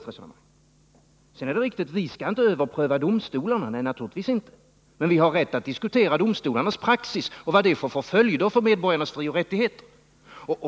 Vi skall naturligtvis inte överpröva domstolarnas beslut, men vi har rätt att diskutera domstolarnas praxis och vad den får för följder för medborgarnas frioch rättigheter.